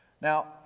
Now